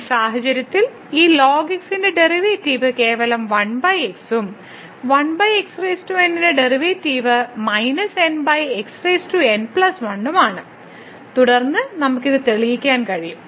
ഈ സാഹചര്യത്തിൽ ഈ ln x ന്റെ ഡെറിവേറ്റീവ് കേവലം 1 x ഉം 1 x n ന്റെ ഡെറിവേറ്റീവ് മൈനസ് x n 1 ഉം ആണ് തുടർന്ന് നമുക്ക് ഇത് ലളിതമാക്കാൻ കഴിയും